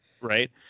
right